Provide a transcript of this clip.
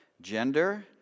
gender